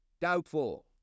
doubtful